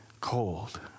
cold